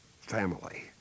family